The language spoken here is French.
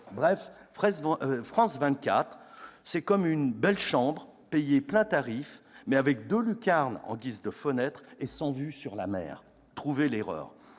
Bref, France 24, c'est comme une belle chambre, payée plein tarif, mais avec deux lucarnes en guise de fenêtres et sans vue sur la mer ... Trouvez l'erreur